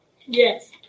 Yes